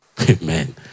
Amen